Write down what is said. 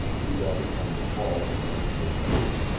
who darted down the hall in an effort to escape.